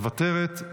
אינה נוכחת,